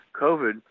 COVID